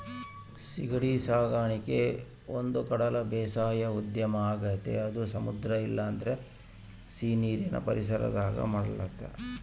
ಸೀಗಡಿ ಸಾಕಣಿಕೆ ಒಂದುಕಡಲ ಬೇಸಾಯ ಉದ್ಯಮ ಆಗೆತೆ ಅದು ಸಮುದ್ರ ಇಲ್ಲಂದ್ರ ಸೀನೀರಿನ್ ಪರಿಸರದಾಗ ಮಾಡಲಾಗ್ತತೆ